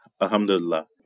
Alhamdulillah